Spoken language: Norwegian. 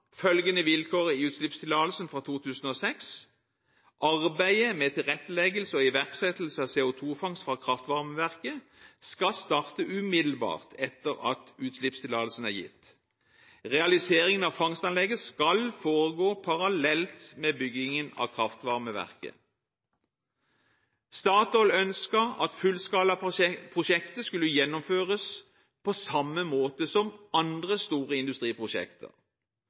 følgende vilkår i utslippstillatelsen, punkt 3, fra 2006: «Arbeidet med tilretteleggelse og iverksettelse av CO2-fangst fra kraftvarmeverket skal starte umiddelbart etter at utslippstillatelsen er gitt. Realiseringen av fangstanlegget skal foregå parallelt med byggingen av kraftvarmeverket.» Statoil ønsket at fullskalaprosjektet skulle gjennomføres på samme måte som andre store industriprosjekter,